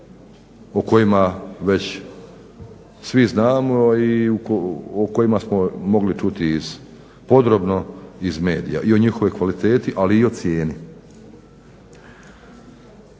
o kojima već svi znamo i o kojima smo mogli čuti podrobno iz medija. I o njihovoj kvaliteti, ali i o cijeni.